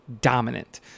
dominant